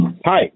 hi